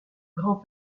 grand